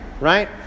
right